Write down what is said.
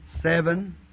seven